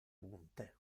punte